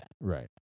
Right